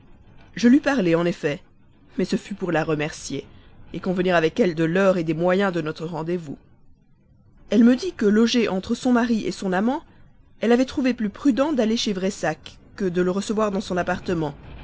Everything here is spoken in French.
je lui parlai en effet mais ce fut pour la remercier convenir avec elle de l'heure des moyens de notre rendez-vous elle me dit que logée entre son mari son amant elle avait trouvé plus prudent d'aller chez pressac que de le recevoir dans son appartement